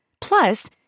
Plus